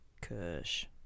kush